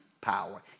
power